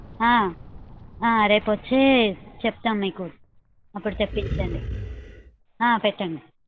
రేపు వచ్చి చెప్తాం మీకు అప్పుడు తెప్పించండి పెట్టండి